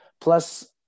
Plus